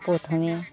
প্রথমে